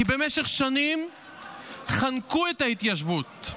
כי במשך שנים חנקו את ההתיישבות.